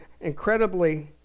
incredibly